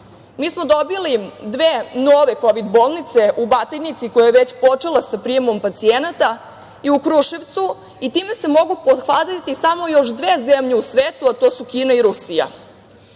Mi smo dobili dve nove Kovid bolnice u Batajnici koja je već počela sa prijemom pacijenata i u Kruševcu i time se mogu pohvaliti samo još dve zemlje u svetu, a to su Kina i Rusija. Pored